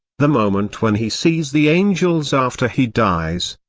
the moment when he sees the angels after he dies,